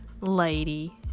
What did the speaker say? lady